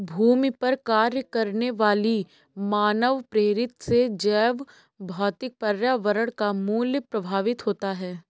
भूमि पर कार्य करने वाली मानवप्रेरित से जैवभौतिक पर्यावरण का मूल्य प्रभावित होता है